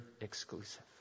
exclusive